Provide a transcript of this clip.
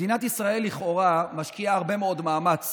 מדינת ישראל לכאורה משקיעה הרבה מאוד מאמץ